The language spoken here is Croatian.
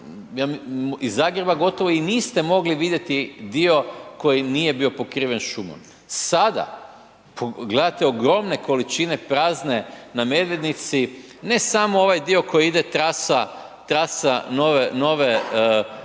iz Zagreba gotovo i niste mogli vidjeti dio koji nije bio pokriven šumom. Sada gledate ogromne količine prazne na Medvednici ne samo ovaj dio koji ide trasa nove